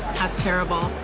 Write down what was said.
that's terrible.